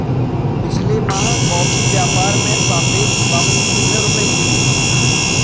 पिछले माह कॉफी व्यापार में सापेक्ष वापसी कितने रुपए की हुई?